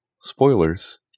Spoilers